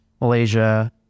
Malaysia